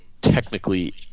technically